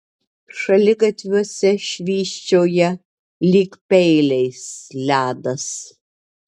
šaligatviuose švysčioja lyg peiliais ledas